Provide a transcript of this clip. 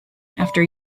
after